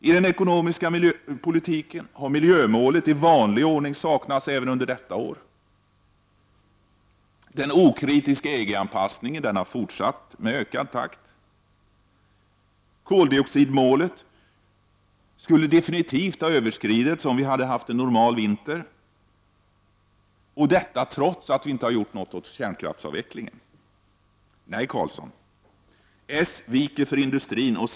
I den ekonomiska politiken har miljömålet i vanlig ordning saknats även under detta år. — Den okritiska EG-anpassningen har fortsatt i ökad takt. —- Koldioxidmålet skulle säkerligen ha överskridits om vi hade haft en normal vinter, detta trots att ingenting har gjorts åt kärnkraftsavvecklingen.